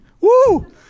Woo